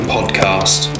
Podcast